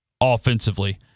offensively